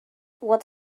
what